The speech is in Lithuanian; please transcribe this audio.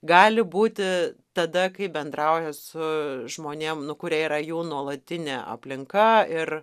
gali būti tada kai bendrauja su žmonėm nu kurie yra jų nuolatinė aplinka ir